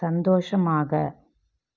சந்தோஷமாக